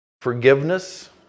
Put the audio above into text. Forgiveness